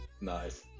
Nice